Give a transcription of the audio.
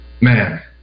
man